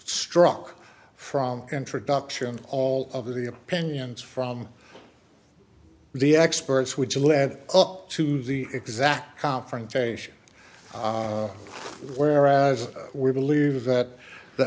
struck from introduction all of the opinions from the experts which lead up to the exact confrontation whereas we believe that the